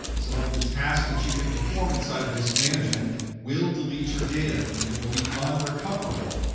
some of the tasks that you can perform inside of disk management will delete your data and it will be unrecoverable.